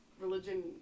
religion